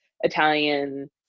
Italian